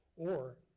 or,